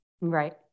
Right